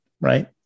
right